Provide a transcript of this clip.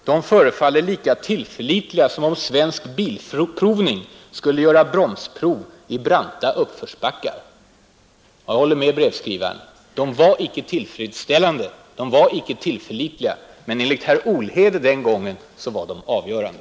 De förefaller lika tillförlitliga som om Svensk bilprovning skulle göra bromsprov i branta uppförsbackar.” Jag håller med brevskrivaren. De var icke tillförlitliga, men enligt herr Olhede den gången var de ”helt avgörande”.